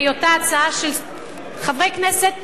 בהיותה הצעה של חברי כנסת מהממשלה,